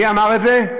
מי אמר את זה?